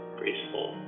graceful